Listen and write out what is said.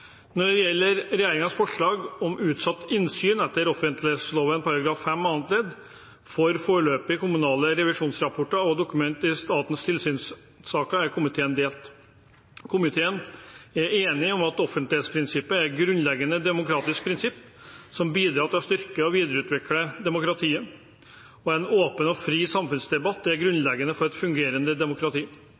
Når det gjelder regjeringens forslag om utsatt innsyn etter offentlighetsloven § 5 annet ledd, for foreløpige kommunale revisjonsrapporter og dokument i statlige tilsynssaker, er komiteen delt. Komiteen er enig om at offentlighetsprinsippet er et grunnleggende demokratisk prinsipp som bidrar til å styrke og videreutvikle demokratiet, og at en åpen og fri samfunnsdebatt er grunnleggende for et fungerende demokrati.